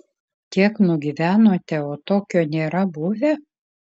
tiek nugyvenote o tokio nėra buvę